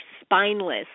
spineless